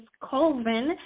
Colvin